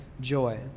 joy